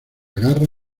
garra